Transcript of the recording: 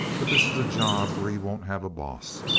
but this is a job where you won't have a boss.